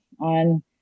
on